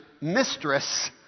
mistress